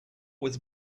was